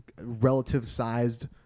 relative-sized